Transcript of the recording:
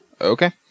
Okay